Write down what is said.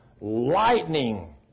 lightning